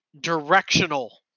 directional